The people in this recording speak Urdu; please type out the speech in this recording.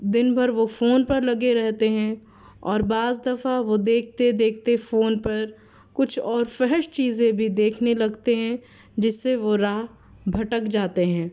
دن بھر وہ فون پر لگے رہتے ہیں اور بعض دفعہ وہ دیکھتے دیکھتے فون پر کچھ اور فحش چیزیں بھی دیکھنے لگتے ہیں جس سے وہ راہ بھٹک جاتے ہیں